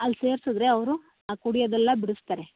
ಅಲ್ಲಿ ಸೇರ್ಸಿದ್ರೆ ಅವರು ಆ ಕುಡಿಯೋದೆಲ್ಲ ಬಿಡಿಸ್ತಾರೆ